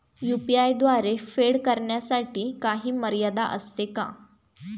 UPI द्वारे फेड करण्यासाठी काही मर्यादा असते का?